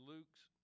Luke's